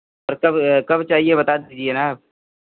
तो कब कब चाहिए बता दीजिए ना आप